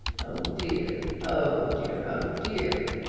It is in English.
oh dear, oh dear, oh dear!